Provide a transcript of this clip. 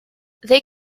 they